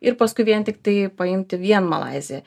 ir paskui vien tiktai paimti vien malaiziją